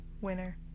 winner